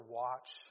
watch